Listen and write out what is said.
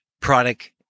Product